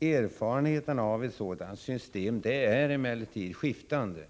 Erfarenheterna av ett sådant system är emellertid skiftande.